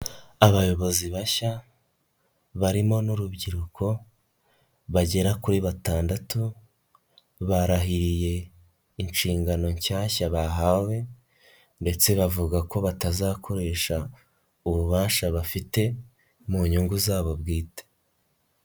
Abayobozi bashya, barimo urubyiruko bagera kuri batandatu, barahiriye inshingano nshyashya bahawe, ndetse bavuga ko batazakoresha ububasha bafite mu nyungu zabo bwite.